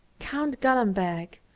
count gallenberg,